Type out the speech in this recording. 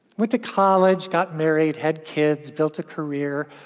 went to college, got married, had kids, built a career,